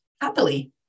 happily